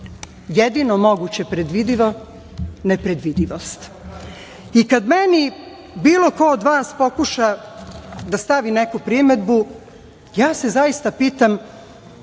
jedino moguće predvidivo nepredvidivost.I kad meni bilo ko od vas pokuša da stavi neku primedbu, ja se zaista pitam